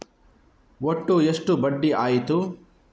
ಒಟ್ಟು ಎಷ್ಟು ಬಡ್ಡಿ ಆಯಿತು?